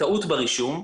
טעות ברישום.